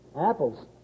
Apples